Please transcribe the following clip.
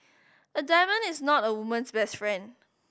a diamond is not a woman's best friend